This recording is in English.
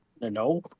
No